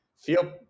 feel